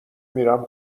میرم